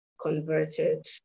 converted